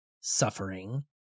suffering